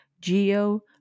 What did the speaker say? Geo